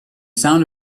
sound